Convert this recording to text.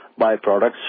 byproducts